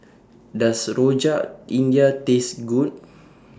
Does Rojak India Taste Good